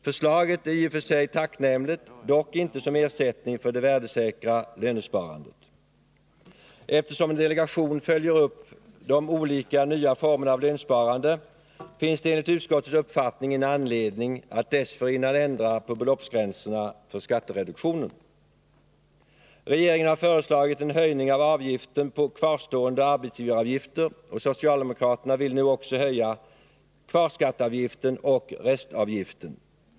Förslaget är i och för sig tacknämligt, dock inte som ersättning för det värdesäkra lönsparandet. Eftersom en delegation följer upp de olika nya formerna av lönsparande finns det enligt utskottets uppfattning ingen anledning att dessförinnan ändra beloppsgränserna för skattereduktionen. Regeringen har föreslagit en höjning av avgiften på kvarstående arbetsgivaravgifter. Socialdemokraterna vill nu också höja kvarskatteavgiften och restavgiften.